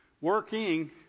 working